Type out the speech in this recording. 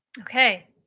Okay